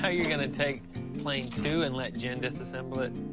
ah you're gonna take plane two and let jen disassemble it?